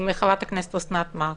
עם חברת הכנסת אוסנת מארק.